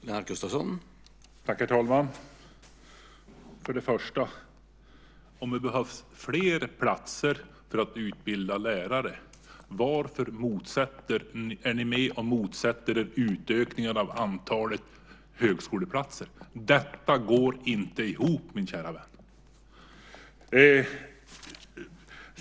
Herr talman! Först och främst, om det behövs fler platser för att utbilda lärare, varför är ni med och motsätter er utökningen av antalet högskoleplatser? Detta går inte ihop, min kära vän.